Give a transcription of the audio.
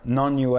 non-US